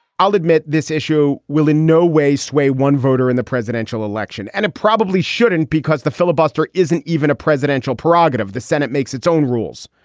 i'll admit, this issue will in no way sway one voter in the presidential election, and it probably shouldn't, because the filibuster isn't even a presidential prerogative the senate makes its own rules,